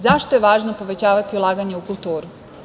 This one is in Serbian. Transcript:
Zašto je važno povećavati ulaganje u kulturu?